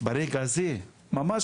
ברגע הזה ממש